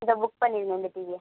இதை புக் பண்ணிருங்க இந்த டிவியை